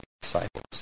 disciples